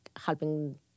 helping